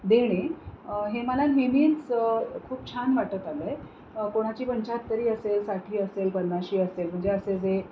देणे हे मला नेहमीच खूप छान वाटत आलं आहे कोणाची पंच्याहत्तरी असेल साठी असेल पन्नाशी असेल म्हणजे असे जे